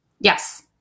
yes